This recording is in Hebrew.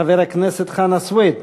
חבר הכנסת חנא סוייד